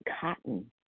cotton